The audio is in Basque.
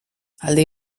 aldi